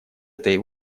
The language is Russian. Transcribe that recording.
этой